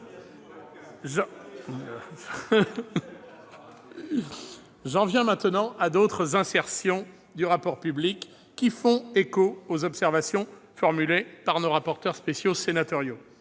J'en viens maintenant à d'autres assertions du rapport public annuel qui font écho aux observations formulées par nos rapporteurs spéciaux sénatoriaux.